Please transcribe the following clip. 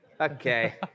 Okay